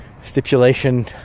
stipulation